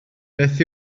beth